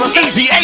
easy